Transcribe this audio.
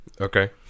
Okay